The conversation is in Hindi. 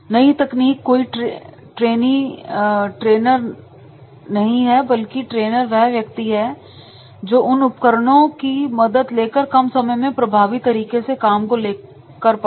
नई तकनीक कोई ट्रेन नहीं है बल्कि ट्रेनर वह व्यक्ति है जो इन उपकरणों की मदद लेकर कम समय में प्रभावी तरीके से काम को कर पाए